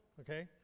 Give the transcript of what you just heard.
okay